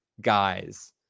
guys